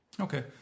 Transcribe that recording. Okay